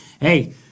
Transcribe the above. Hey